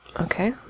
Okay